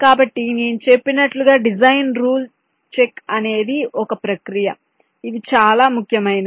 కాబట్టి నేను చెప్పినట్లుగా డిజైన్ రూల్ చెక్ అనేది ఒక ప్రక్రియ ఇది చాలా ముఖ్యమైనది